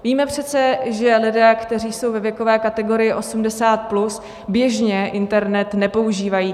Víme přece, že lidé, kteří jsou ve věkové kategorii 80+, běžně internet nepoužívají.